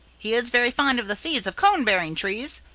he is very fond of the seeds of cone-bearing trees.